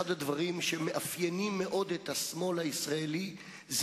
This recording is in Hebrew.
אחד הדברים שמאפיינים מאוד את השמאל הישראלי הוא